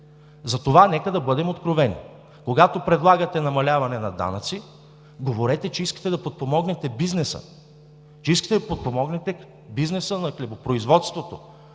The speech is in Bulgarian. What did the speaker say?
затова нека да бъдем откровени. Когато предлагате намаляване на данъци, говорете, че искате да подпомогнете бизнеса, че искате да подпомогнете бизнеса на хлебопроизводството,